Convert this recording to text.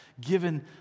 given